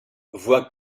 voit